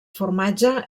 formatge